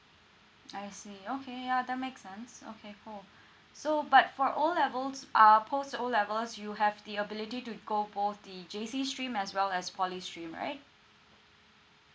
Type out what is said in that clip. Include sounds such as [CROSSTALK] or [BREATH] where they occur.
I see okay ya that makes sense okay cool [BREATH] so but for O levels uh post O levels you have the ability to go both the J_C stream as well as poly stream right